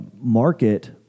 market